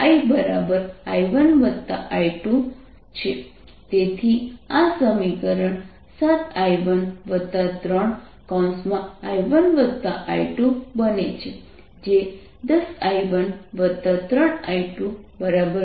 II1I2 7I13I1I220V 10I13I220 V તેથી આ સમીકરણ 7I13I1I2 બને છે જે 10I13I220 V છે